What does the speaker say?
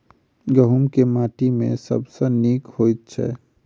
गहूम केँ माटि मे सबसँ नीक होइत छै?